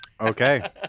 Okay